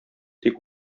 тик